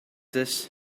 this